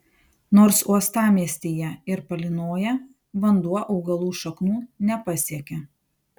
nors uostamiestyje ir palynoja vanduo augalų šaknų nepasiekia